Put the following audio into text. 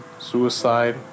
suicide